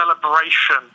celebration